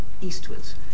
eastwards